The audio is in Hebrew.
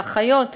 האחיות וכדומה.